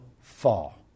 fall